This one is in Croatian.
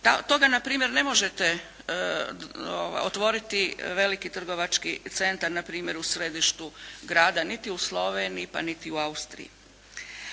Toga na primjer ne možete otvoriti veliki trgovački centar na primjer u središtu grada niti u Sloveniji, pa niti u Austriji.